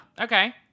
Okay